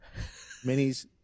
minis